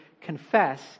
confess